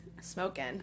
smoking